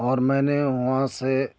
اور میں نے وہاں سے